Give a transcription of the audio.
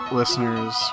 listeners